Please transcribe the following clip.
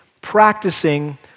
practicing